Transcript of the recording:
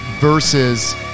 versus